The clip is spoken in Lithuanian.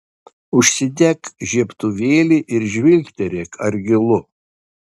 užsidek žiebtuvėlį ir žvilgterėk ar gilu